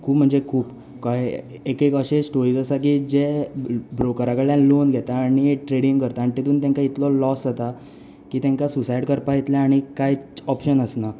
खूब म्हणजे खूब कळ्ळें एक एक अशे स्टोरीस आसा जे ब्रोकरा कडल्यान लोन घेता आनी ट्रेडींग करता आनी तितून तांकां इतलें लॉस जाता की तांकां सुसायड करपा इतलें आनीक कांय ऑप्शन आसना सो